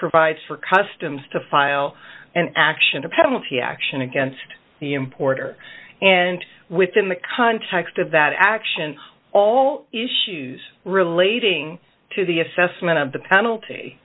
provides for customs to file an action a penalty action against the importer and within the context of that action all issues relating to the assessment of the penalty